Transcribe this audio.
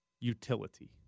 utility